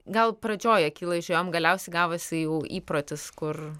gal pradžioj akylai žiūrėjom galiausiai gavosi jau įprotis kur